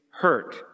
hurt